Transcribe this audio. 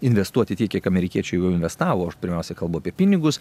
investuoti tiek kiek amerikiečiai jau investavo aš pirmiausiai kalbu apie pinigus